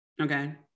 Okay